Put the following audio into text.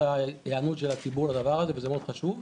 ההיענות של הציבור לדבר הזה וזה מאוד חשוב.